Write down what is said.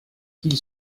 qu’il